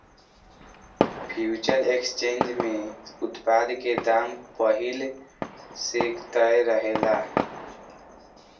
future exchange में उत्पाद के दाम पहिल से तय रहेला